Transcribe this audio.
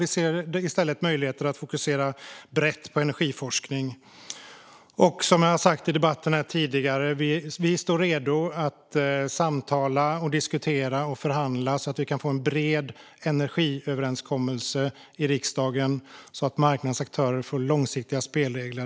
Vi ser i stället möjligheter att fokusera brett på energiforskning. Som jag har sagt i debatten här tidigare står vi redo att samtala, diskutera och förhandla så att vi kan få en bred energiöverenskommelse i riksdagen och så att marknadsaktörer får långsiktiga spelregler.